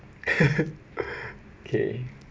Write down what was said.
okay